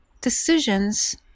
decisions